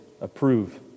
approve